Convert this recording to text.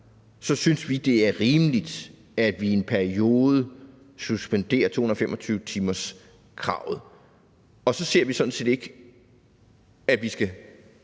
synes, det er rimeligt, at vi i en periode suspenderer 225-timerskravet. Og så ser vi sådan set ikke, at vi skal